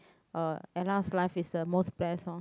uh Ella's life is the most blessed hor